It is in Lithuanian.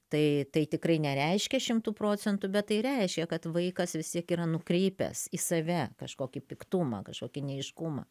tai tai tikrai nereiškia šimtu procentų bet tai reiškia kad vaikas vis tiek yra nukreipęs į save kažkokį piktumą kažkokį neaiškumą